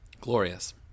glorious